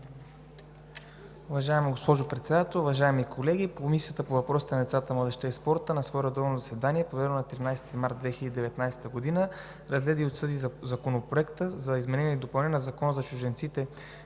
Уважаема госпожо Председател, уважаеми колеги! „Комисията по въпросите на децата, младежта и спорта на свое редовно заседание, проведено на 13 март 2019 г., разгледа и обсъди Законопроект за изменение и допълнение на Закона за чужденците